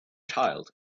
child